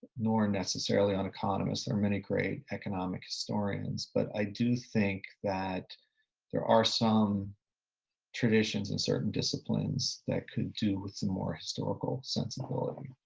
nor necessarily on economists. there are many great economic historians, but i do think that there are some traditions in certain disciplines that could do with some more historical sensibility.